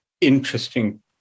interesting